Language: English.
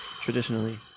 traditionally